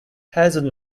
hazard